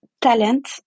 talent